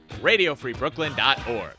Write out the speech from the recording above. RadioFreeBrooklyn.org